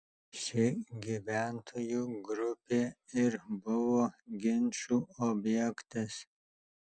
ši gyventojų grupė ir buvo ginčų objektas